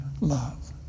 love